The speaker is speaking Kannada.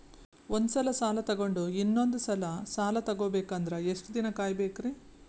ಒಂದ್ಸಲ ಸಾಲ ತಗೊಂಡು ಇನ್ನೊಂದ್ ಸಲ ಸಾಲ ತಗೊಬೇಕಂದ್ರೆ ಎಷ್ಟ್ ದಿನ ಕಾಯ್ಬೇಕ್ರಿ?